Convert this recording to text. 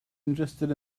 interested